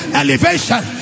elevation